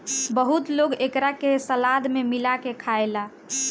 बहुत लोग एकरा के सलाद में मिला के खाएला